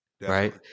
right